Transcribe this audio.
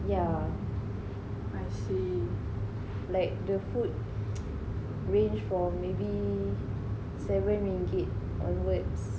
yeah like the food range for maybe seven ringgit onwards